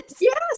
yes